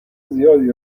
زیادی